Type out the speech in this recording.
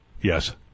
Yes